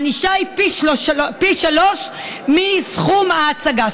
הענישה היא פי שלושה מסכום ההצגה,